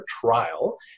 trial